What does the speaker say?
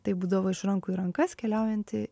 taip būdavo iš rankų į rankas keliaujanti